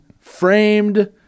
framed